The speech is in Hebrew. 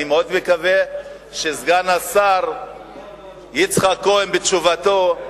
אני מאוד מקווה שסגן השר יצחק כהן, בתשובתו,